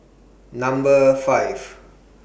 Number five